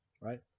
right